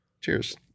Cheers